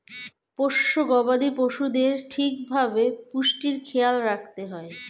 পোষ্য গবাদি পশুদের ঠিক ভাবে পুষ্টির খেয়াল রাখতে হয়